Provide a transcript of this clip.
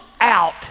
out